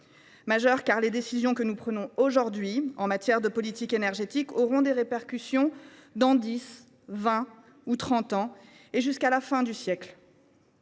pays. Les décisions que nous prenons aujourd’hui en matière de politique énergétique auront des répercussions dans dix, vingt ou trente ans, et jusqu’à la fin du siècle